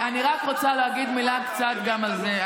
אני רק רוצה להגיד מילה קצת גם על זה.